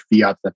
fiat